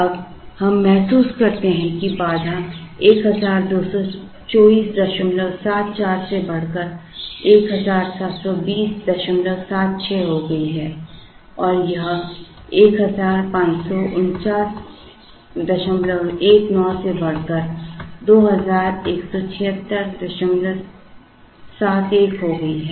अब हम महसूस करते हैं कि बाधा 122474 से बढ़कर 172076 हो गई है और यह 154919 से बढ़कर 217671 हो गई है